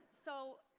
so,